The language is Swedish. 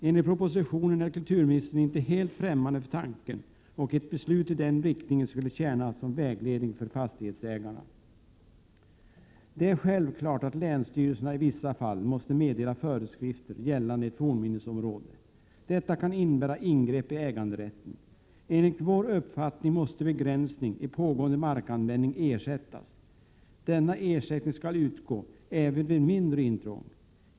Enligt propositionen är kulturministern inte helt främmande för tanken, och ett beslut i den riktningen skulle tjäna som vägledning för Prot. 1987/88:136 fastighetsägarna. 8 juni 1988 Det är självklart att länsstyrelserna i vissa fall måste meddela föreskrifter gällande ett fornminnesområde. Detta kan innebära ingrepp i äganderätten. Enligt moderata samlingspartiets uppfattning måste begränsning i pågående markanvändning ersättas. Denna ersättning skall utgå även vid mindre intrång.